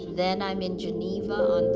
then i'm in geneva